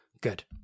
Good